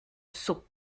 sot